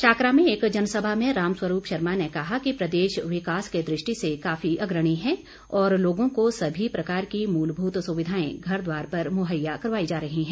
शाकरा में एक जनसभा में राम स्वरूप शर्मा ने कहा कि प्रदेश विकास की दृष्टि से काफी अग्रणी है और लोगों को सभी प्रकार की मूलभूत सुविधाएं घरद्दार पर मुहैया करवाई जा रही हैं